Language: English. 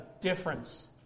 difference